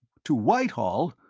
to whitehall!